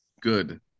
Good